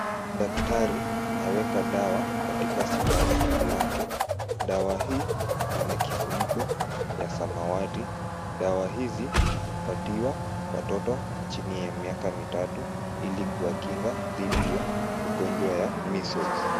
Daktari aweka dawa katika sindano lake , dawa hii Ina kifuniko ya samawati dawa hizi upatiwa watoto chini ya miaka mitatu ili kuwakinga didhi ya ugonjwa wa measles (cs) .